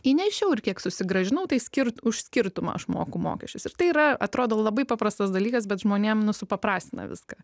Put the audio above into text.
įnešiau ir kiek susigrąžinau tai skirt už skirtumą aš moku mokesčius ir tai yra atrodo labai paprastas dalykas bet žmonėm supaprastina viską